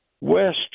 west